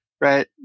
right